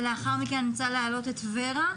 ולאחר מכן אני רוצה להעלות את ור"ה.